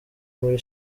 muri